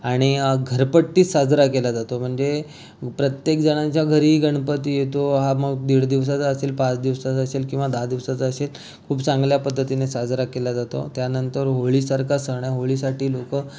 आणि घरपट्टी साजरा केला जातो म्हणजे प्रत्येक जणांच्या घरी गणपती येतो हा मग दीड दिवसाचा असेल पाच दिवसाचा असेल किंवा दहा दिवसाचा असेल खूप चांगल्या पद्धतीने साजरा केला जातो त्यानंतर होळीसारखा सण आहे होळीसाठी लोक